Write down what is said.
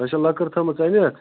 تۅہہِ چھَو لٔکٕر تھوٚمٕژ أنِتھ